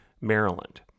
Maryland